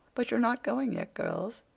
but you're not going yet, girls?